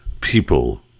people